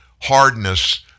hardness